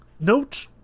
Note